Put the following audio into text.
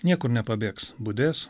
niekur nepabėgs budės